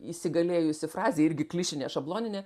įsigalėjusi frazė irgi klišinė šabloninė